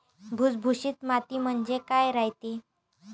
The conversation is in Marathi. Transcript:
भुसभुशीत माती म्हणजे काय रायते?